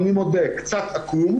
אני מודה קצת עקום,